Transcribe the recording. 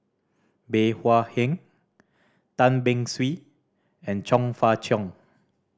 Bey Hua Heng Tan Beng Swee and Chong Fah Cheong